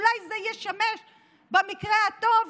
ואולי זה ישמש במקרה הטוב